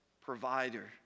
provider